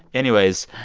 anyways,